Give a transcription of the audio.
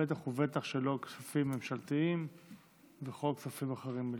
בטח ובטח שלא כספים ממשלתיים וכל כספים אחרים בכלל.